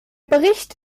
bericht